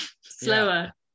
slower